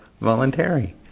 Voluntary